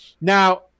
Now